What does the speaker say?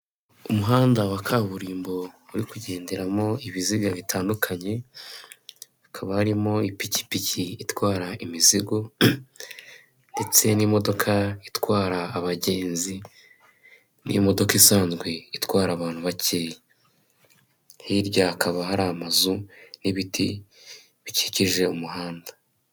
Umuhanda wa kaburimbo uri kugenderamo ibiziga bitandukanye hakaba harimo ipikipiki itwara imizigo, ndetse n'imodoka itwara abagenzi, n'imodoka isanzwe itwara abantu bakeya, hirya hakaba hari amazu n'ibiti bikikije umuhanda.